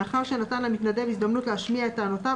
לאחר שנתן למתנדב הזדמנות להשמיע טענותיו,